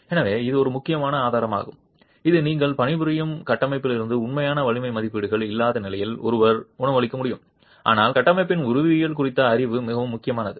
எனவே இது ஒரு முக்கியமான ஆதாரமாகும் இது நீங்கள் பணிபுரியும் கட்டமைப்பிலிருந்து உண்மையான வலிமை மதிப்பீடுகள் இல்லாத நிலையில் ஒருவர் உணவளிக்க முடியும் ஆனால் கட்டமைப்பின் உருவவியல் குறித்த அறிவு மிகவும் முக்கியமானது